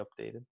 updated